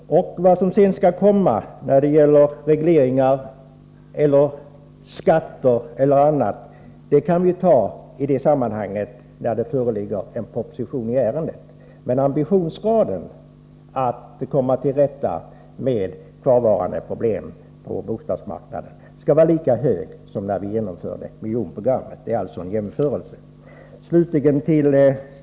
Vad som sedan skall komma — regleringar, skatter eller annat — kan vi debattera när det föreligger en proposition i ärendet. Men ambitionsgraden att komma till rätta med kvarvarande problem på bostadsmarknaden skall vara lika hög som när vi genomförde miljonprogrammet. Det var alltså en jämförelse jag gjorde.